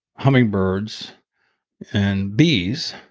hummingbirds and bees.